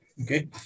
Okay